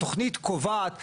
התוכנית קובעת,